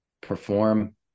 perform